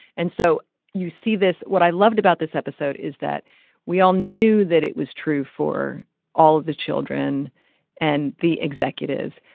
and so you see this. what i loved about this episode is that we all knew that it was true for all of the children and the executives.